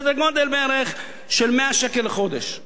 בסדר-גודל של בערך 100 שקל לחודש.